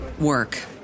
work